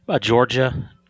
Georgia